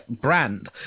brand